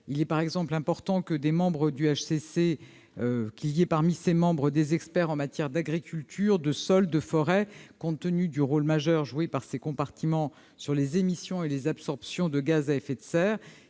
Il est par exemple important que cette instance compte parmi ses membres des experts en matière d'agriculture, de sols, de forêts compte tenu du rôle majeur joué par ces derniers sur les émissions et les absorptions de gaz à effet de serre.